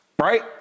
Right